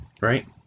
right